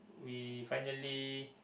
we finally